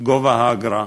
גובה האגרה.